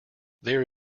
there